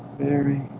very